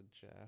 Jeff